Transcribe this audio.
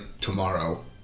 tomorrow